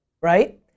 right